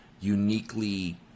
uniquely